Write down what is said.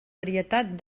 varietat